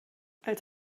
als